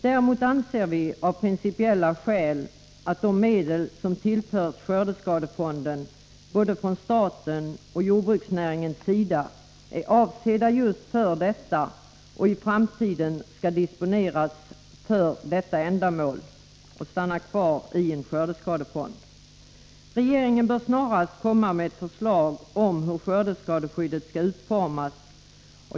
Däremot anser vi av principiella skäl att de medel som tillförs skördeskadefonden både från staten och från jordbruksnäringen är avsedda just för detta och i framtiden skall disponeras för detta ändamål och stanna kvar i en skördeskadefond. Regeringen bör snarast lägga fram ett förslag om utformning av skördeskadeskyddet.